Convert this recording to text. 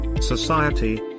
Society